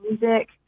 music